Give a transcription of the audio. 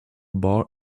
bar